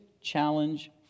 challenge